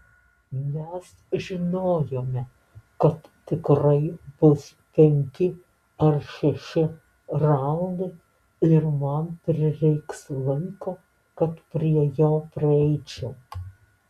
mes žinojome kad tikrai bus penki ar šeši raundai ir man prireiks laiko kad prie jo prieičiau